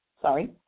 sorry